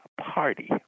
party